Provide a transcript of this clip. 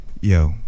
yo